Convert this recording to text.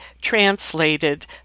translated